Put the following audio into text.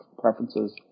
preferences